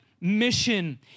mission